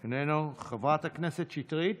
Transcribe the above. איננו, חברת הכנסת שטרית